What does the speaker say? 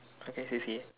okay